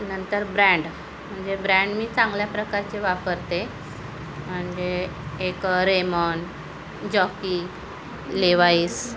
नंतर ब्रँड म्हणजे ब्रँड मी चांगल्या प्रकारचे वापरते म्हणजे एक रेमन जॉकी लेवाईस